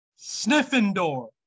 Sniffendor